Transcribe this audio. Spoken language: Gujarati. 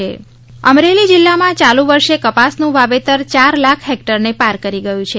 અમરેલી કપાસ અમરેલી જિલ્લામા ચાલુ વર્ષે કપાસનુ વાવેતર ચાર લાખ હેકટરને પાર કરી ગયુ છે